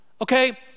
okay